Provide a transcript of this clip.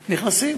נכנסים.